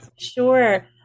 Sure